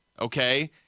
okay